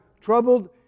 troubled